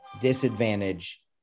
disadvantage